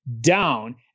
down